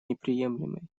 неприемлемой